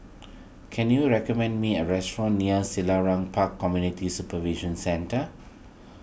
can you recommend me a restaurant near Selarang Park Community Supervision Centre